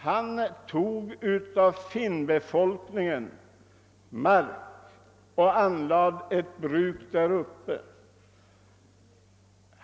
Han tog av finnbefolkningen mark och anlade ett bruk där uppe.